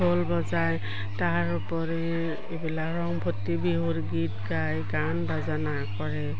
ঢোল বজাই তাৰ উপৰি এইবিলাক ৰং ফূৰ্তি বিহুৰ গীত গায় গান বাজানা কৰে